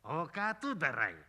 o ką tu darai